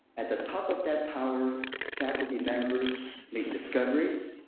at the top of that tower faculty members make discoveries